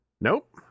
nope